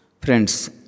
Friends